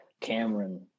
cameron